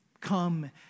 Come